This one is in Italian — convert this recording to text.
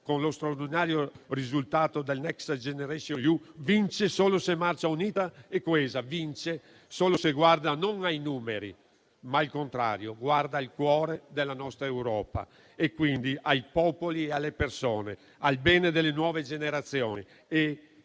con lo straordinario risultato del Next generation EU, vince solo se marcia unità e coesa, vince solo se guarda non ai numeri, ma, al contrario, al cuore della nostra Europa e quindi ai popoli e alle persone, al bene delle nuove generazioni